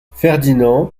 ferdinand